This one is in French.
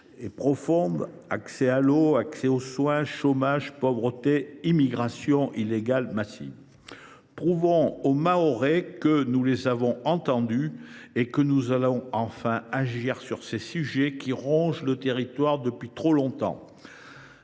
d’accès à l’eau et aux soins, chômage, pauvreté, immigration illégale massive… Prouvons aux Mahorais que nous les avons entendus et que nous allons enfin agir sur ces sujets qui rongent le territoire depuis trop longtemps.